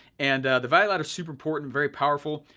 and the value ladder's super important, very powerful,